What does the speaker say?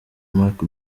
marc